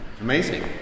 Amazing